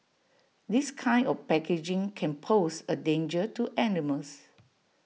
this kind of packaging can pose A danger to animals